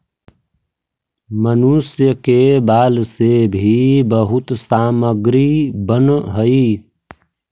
मनुष्य के बाल से भी बहुत सामग्री बनऽ हई